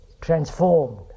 transformed